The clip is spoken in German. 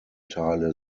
teile